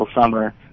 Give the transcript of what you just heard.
summer